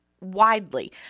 widely